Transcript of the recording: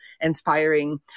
inspiring